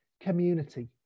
community